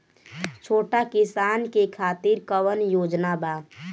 छोटा किसान के खातिर कवन योजना बा?